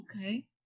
Okay